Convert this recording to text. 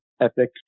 Epic